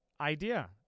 idea